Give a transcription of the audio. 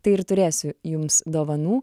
tai ir turėsiu jums dovanų